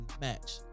match